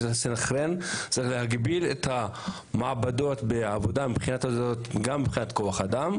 יסנכרן ויגביל את המעבדות מבחינת כוח אדם.